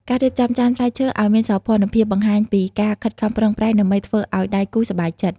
ការរៀបចំចានផ្លែឈើឱ្យមានសោភ័ណភាព បង្ហាញពីការខិតខំប្រឹងប្រែងដើម្បីធ្វើឱ្យដៃគូសប្បាយចិត្ត។